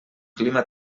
clima